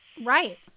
Right